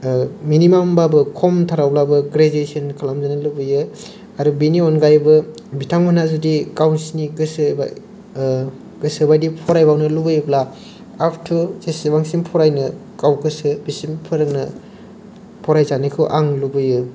मिनिमामबाबो खमथारवब्लाबो ग्रेजुवेसन खालामजानो लुबैयो आरो बिनि अनगायैबो बिथांमोना जुदि गावसिनि गोसोबादि ओ गोसो बादि फरायबावनो लुबैयोब्ला आप टु जेसेबांसिम फरायनो गाव गोसो बेसेसिम फोरोंनो फरायजानायखौ आं लुबैयो